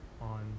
on